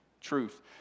truth